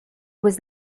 was